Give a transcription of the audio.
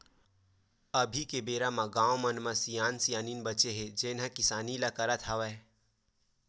अभी के बेरा म गाँव मन म सियान सियनहिन बाचे हे जेन ह किसानी ल करत हवय